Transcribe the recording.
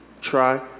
try